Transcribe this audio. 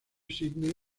sídney